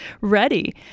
ready